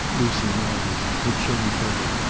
lucy nodded. her chin quivered.